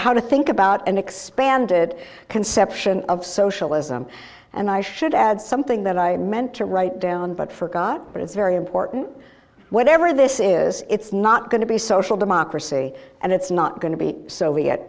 to think about an expanded conception of socialism and i should add something that i meant to write down but forgot but it's very important whatever this is it's not going to be social democracy and it's not going to be soviet